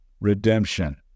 redemption